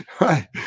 Right